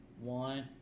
One